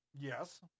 Yes